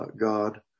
God